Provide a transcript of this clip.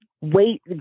wait